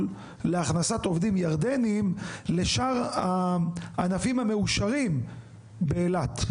להכנסת עובדים ירדנים לשאר הענפים המאושרים באילת?